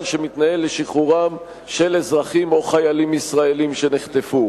שמתנהל לשחרורם של אזרחים או חיילים ישראלים שנחטפו,